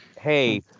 hey